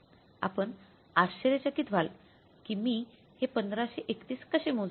आपण आश्चर्यचकित व्हाल की मी हे 1531 कसे मोजले